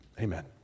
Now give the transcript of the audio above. Amen